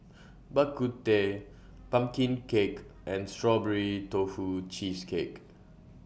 Bak Kut Teh Pumpkin Cake and Strawberry Tofu Cheesecake